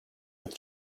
with